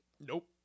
Nope